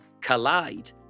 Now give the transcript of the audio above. collide